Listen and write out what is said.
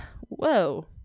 whoa